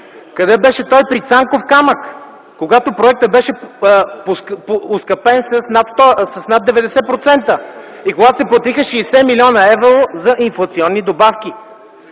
Къде беше той при „Цанков камък”, когато проектът беше оскъпен с над 90% и когато се платиха 60 млн. евро за инфлационни добавки?